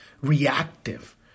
reactive